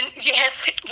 Yes